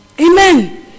Amen